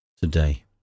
Today